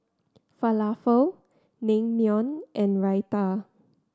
Falafel Naengmyeon and Raita